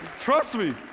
trust me.